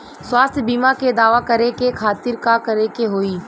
स्वास्थ्य बीमा के दावा करे के खातिर का करे के होई?